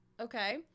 Okay